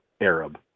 Arab